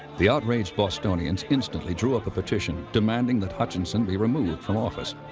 the outraged bostonians instantly drew up a petition demanding that hutchinson be removed from office,